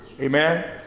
amen